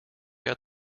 out